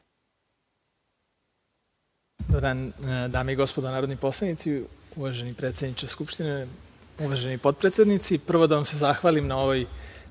Hvala vam.